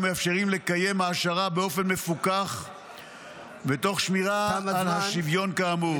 ומאפשרים לקיים העשרה באופן מפוקח ותוך שמירה על השוויון כאמור.